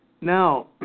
Now